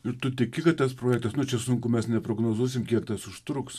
ir tu tiki kad tas projektas nu čia sunku mes neprognozuosim kiek tas užtruks